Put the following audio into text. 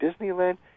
Disneyland